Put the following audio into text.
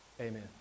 Amen